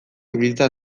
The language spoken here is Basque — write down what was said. ibiltzea